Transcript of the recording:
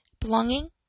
belonging